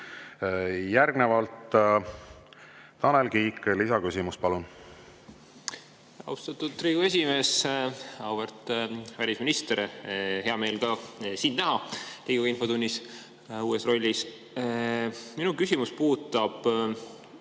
Järgnevalt, Tanel Kiik, lisaküsimus, palun! Austatud Riigikogu esimees! Auväärt välisminister! Hea meel ka sind näha Riigikogu infotunnis uues rollis. Minu küsimus puudutab